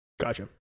Gotcha